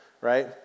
right